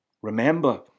Remember